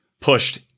pushed